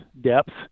depth